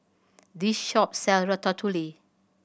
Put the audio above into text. this shop sell Ratatouille